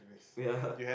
ya